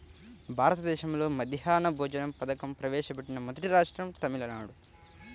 భారతదేశంలో మధ్యాహ్న భోజన పథకం ప్రవేశపెట్టిన మొదటి రాష్ట్రం తమిళనాడు